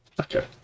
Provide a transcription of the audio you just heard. okay